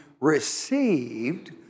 received